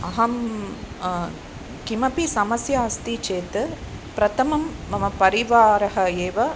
अहं किमपि समस्या अस्ति चेत् प्रथमं मम परिवारः एव